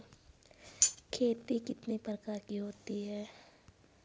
खेती कितने प्रकार की होती है?